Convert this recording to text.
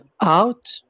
out